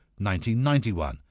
1991